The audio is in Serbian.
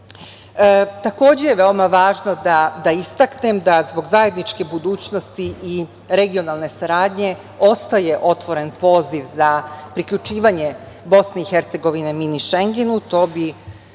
veoma važno da istaknem da zbog zajedničke budućnosti i regionalne saradnje ostaje otvoren poziv za priključivanje BiH „mini Šengenu“,